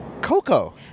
Coco